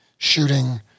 shooting